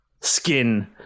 skin